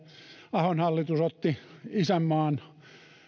ahon hallitus otti isänmaan